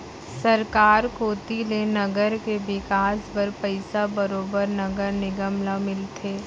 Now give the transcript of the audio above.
सरकार कोती ले नगर के बिकास बर पइसा बरोबर नगर निगम ल मिलथे